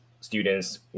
students